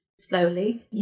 slowly